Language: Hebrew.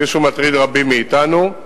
כפי שהוא מטריד רבים מאתנו.